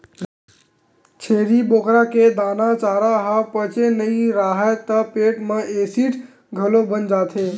छेरी बोकरा के दाना, चारा ह पचे नइ राहय त पेट म एसिड घलो बन जाथे